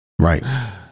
right